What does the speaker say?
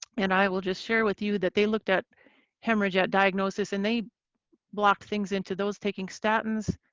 and i will just share with you that they looked at hemorrhage at diagnosis. and they blocked things into those taking statins,